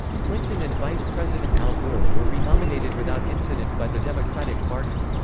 clinton and vice president al gore were re-nominated without incident by the democratic party.